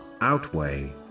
outweigh